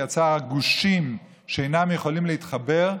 שיצר גושים שאינם יכולים להתחבר,